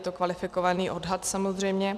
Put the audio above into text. Je to kvalifikovaný odhad samozřejmě.